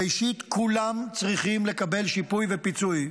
ראשית, כולם צריכים לקבל שיפוי ופיצוי.